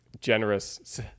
Generous